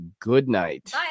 goodnight